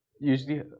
Usually